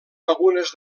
algunes